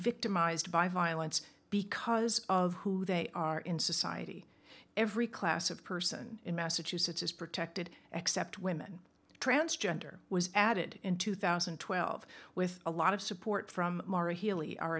victimized by violence because of who they are in society every class of person in massachusetts is protected except women transgender was added in two thousand and twelve with a lot of support from mara healey our